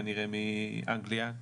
כנראה מאנגליה,